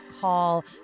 call